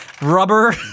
Rubber